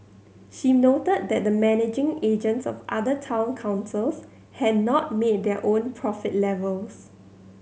she noted that the managing agents of other town councils had not made their own profit levels